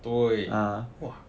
对 !whoa!